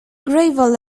gravel